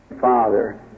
Father